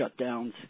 shutdowns